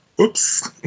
oops